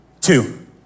Two